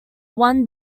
one